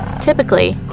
Typically